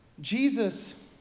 Jesus